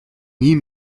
nie